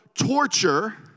torture